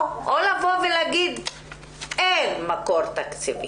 מקור תקציבי או להגיד שאין מקור תקציבי,